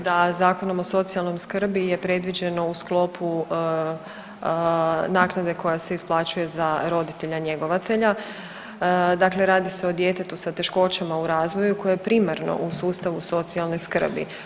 I sami ste rekli da Zakonom o socijalnoj skrbi je predviđeno u sklopu naknade koja se isplaćuje za roditelja njegovatelja, dakle radi se o djetetu sa teškoćama u razvoju koje je primarno u sustavu socijalne skrbi.